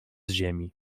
ziemi